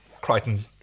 Crichton